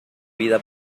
vida